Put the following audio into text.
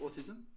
autism